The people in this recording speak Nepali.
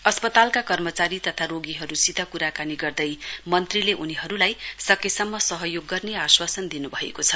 अस्पतालका कर्मचारी तथा रोगीहरुसित कुराकानी गर्दै मन्त्रीले सकेसम्म सहयोग गर्ने आश्वासन दिनुभएको छ